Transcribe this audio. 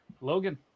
Logan